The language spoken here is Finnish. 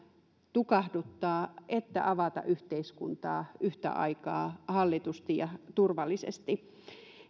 tukahduttaa että avata yhteiskuntaa yhtä aikaa hallitusti ja turvallisesti